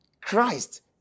Christ